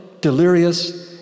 delirious